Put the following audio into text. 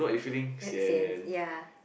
that's sian ya